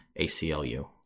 ACLU